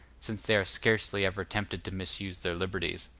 since they are scarcely ever tempted to misuse their liberties.